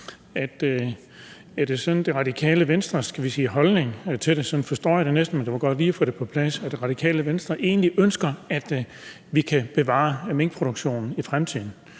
Er det Radikale Venstres holdning til det – sådan forstår jeg det næsten, men det vil være godt lige at få det på plads – at Radikale Venstre egentlig ønsker, at vi kan bevare minkproduktionen i fremtiden?